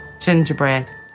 gingerbread